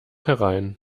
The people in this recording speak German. herein